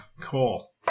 cool